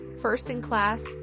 first-in-class